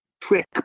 trick